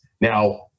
Now